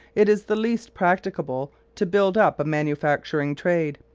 it is the least practicable to build up a manufacturing trade.